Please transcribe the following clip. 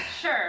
Sure